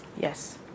Yes